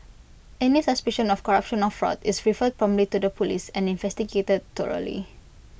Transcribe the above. any suspicion of corruption or fraud is referred promptly to the Police and investigated